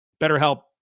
BetterHelp